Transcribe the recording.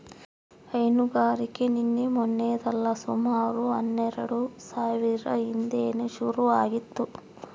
ಹೈನುಗಾರಿಕೆ ನಿನ್ನೆ ಮನ್ನೆದಲ್ಲ ಸುಮಾರು ಹನ್ನೆಲ್ಡು ಸಾವ್ರ ಹಿಂದೇನೆ ಶುರು ಆಗಿತ್ತು